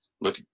look